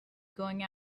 going